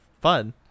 fun